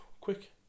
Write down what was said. quick